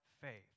faith